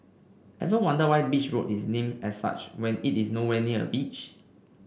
ever wonder why Beach Road is named as such when it is nowhere near a beach